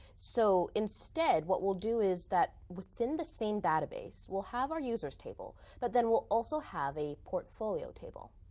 so instead, what we'll do is that within the same database we'll have our users' table. but then we'll also have a portfolio table.